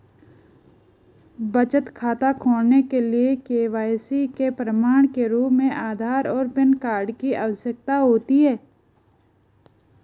बचत खाता खोलने के लिए के.वाई.सी के प्रमाण के रूप में आधार और पैन कार्ड की आवश्यकता होती है